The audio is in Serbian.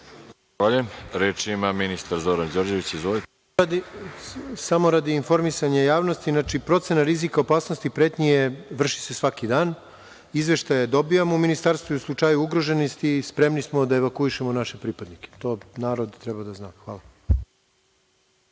Izvolite. **Zoran Đorđević** Samo radi informisanja javnosti. Znači, procena rizika opasnosti i pretnji vrši se svaki dan. Izveštaje dobijamo u Ministarstvu i u slučaju ugroženosti i spremni smo da evaukuišemo naše pripadnike. To narod treba da zna. Hvala.